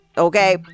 okay